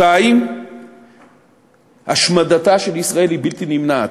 2. השמדתה של ישראל היא בלתי נמנעת,